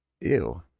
ew